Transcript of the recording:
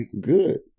good